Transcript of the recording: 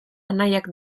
anaiak